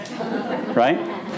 right